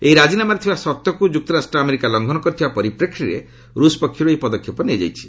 ଏହି ରାଜିନାମାରେ ଥିବା ସର୍ତ୍ତକୁ ଯୁକ୍ତରାଷ୍ଟ୍ର ଆମେରିକା ଲଂଘନ କରିଥିବା ପରିପ୍ରେକ୍ଷୀରେ ରୁଷ୍ ପକ୍ଷରୁ ଏହି ପଦକ୍ଷେପ ନିଆଯାଇଛି